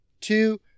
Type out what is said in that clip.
two